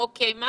גברתי, אני